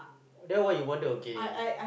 then why you bother okay